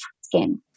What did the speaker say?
skin